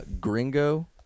Gringo